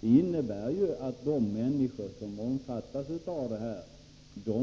Det innebär ju att de människor som omfattas av dessa